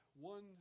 one